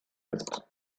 ist